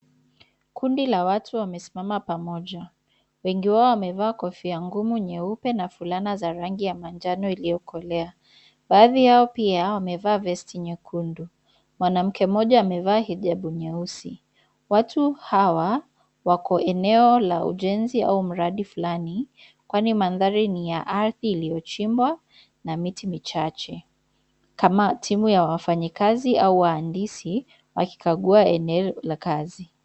Kundi ya watu wamesimama pamoja. Wengi wao wamevaa kofia ngumu nyeupe na fulana za rangi ya manjano iliyokolea. Baadhi yao pia wamevaa vesti nyekundu. Mwanamke mmoja amevaa hijab nyeusi. Watu hawa wako eneo la ujenzi au mradi fulani, kwani mandhari ni ya ardhi iliyochimbwa na miti michache. Kama timu ya wafanyikazi au wahandisi wakikagua eneo la kazi.